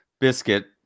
biscuit